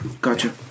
Gotcha